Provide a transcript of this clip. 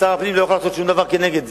שר הפנים לא יכול לעשות שום דבר כנגד זה,